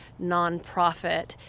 nonprofit